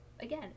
again